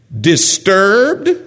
disturbed